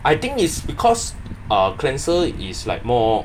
I think it's because uh cleanser is like more